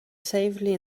safely